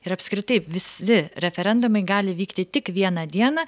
ir apskritai visi referendumai gali vykti tik vieną dieną